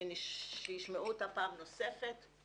שישמעו אותה פעם נוספת.